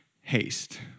haste